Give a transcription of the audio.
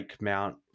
mount